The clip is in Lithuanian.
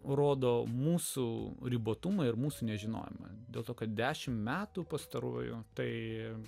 rodo mūsų ribotumą ir mūsų nežinojimą dėl to kad dešimt metų pastaruoju tai